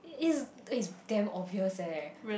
it is it's damn obvious eh